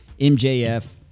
MJF